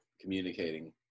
communicating